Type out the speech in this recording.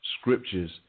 scriptures